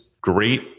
great